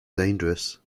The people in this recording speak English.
dangerous